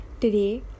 Today